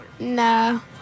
No